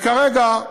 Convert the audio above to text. כרגע,